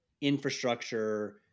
infrastructure